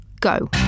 go